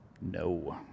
no